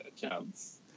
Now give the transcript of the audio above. chance